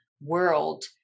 world